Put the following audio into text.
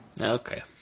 Okay